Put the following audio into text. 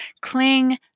Cling